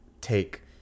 take